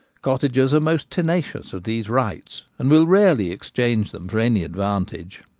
cottagers are most tenacious of these rights, and will rarely exchange them for any advantage.